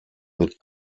mit